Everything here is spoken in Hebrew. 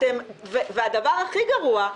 והדבר הכי גרוע,